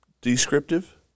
descriptive